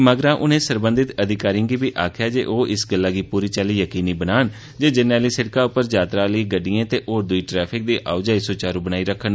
मगरा उनें सरबंधत अधिकारिएं गी बी आखेआ जे ओह इस गल्ला गी प्री चाल्ली यकीनी बनान जे जरनैली सिड़का उप्पर यात्रा आहली गड्डिएं ते होर दुई ट्रैफिक दी आओजाई सुचारू बनाई रक्खन